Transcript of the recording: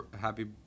Happy